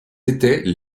étaient